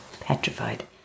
petrified